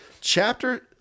Chapter